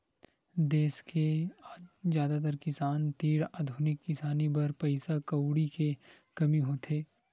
देस के जादातर किसान तीर आधुनिक किसानी बर पइसा कउड़ी के कमी होथे